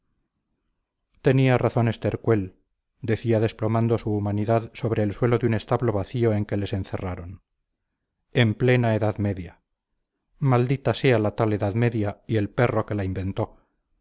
tenía razón estercuel decía desplomando su humanidad sobre el suelo de un establo vacío en que les encerraron en plena edad media maldita sea la tal edad media y el perro que la inventó